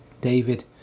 David